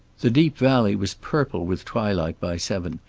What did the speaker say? the deep valley was purple with twilight by seven,